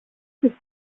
τους